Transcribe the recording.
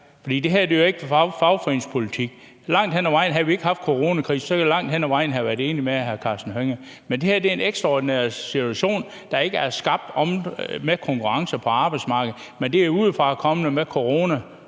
Det her er jo ikke fagforeningspolitik. Havde vi ikke haft coronakrisen, havde jeg langt hen ad vejen været enig med hr. Karsten Hønge. Det her er en ekstraordinær situation, der ikke er skabt af konkurrence på arbejdsmarkedet, men det er kommet udefra